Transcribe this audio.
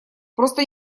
просто